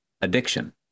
addiction